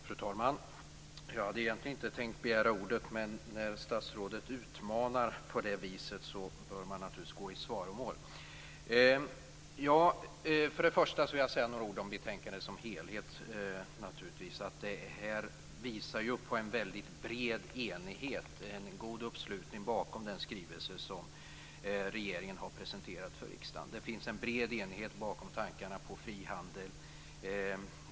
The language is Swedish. Fru talman! Jag hade egentligen inte tänkt begära ordet, men när statsrådet utmanar bör man givetvis gå i svaromål. Först vill jag säga några ord om hur vi ser på det som helhet. Det här visar på en väldigt bred enighet, en god uppslutning bakom den skrivelse som regeringen har presenterat för riksdagen. Det finns en bred enighet bakom tankarna på frihandel.